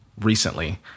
recently